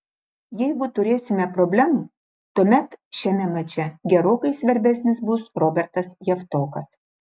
jeigu turėsime problemų tuomet šiame mače gerokai svarbesnis bus robertas javtokas